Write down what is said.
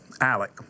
Alec